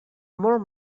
molt